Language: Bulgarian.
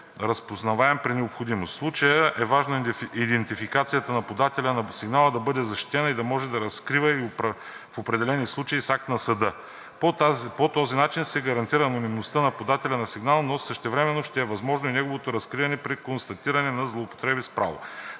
разпознаваем при необходимост. В случая е важно идентификацията на подателя на сигнала да бъде защитена и да може да се разкрива в определени случаи с акт на съда. По този начин се гарантира анонимността на подателя на сигнал, но същевременно ще е възможно и неговото разкриване при констатиране на злоупотреба с право.